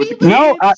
no